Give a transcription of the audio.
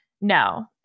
No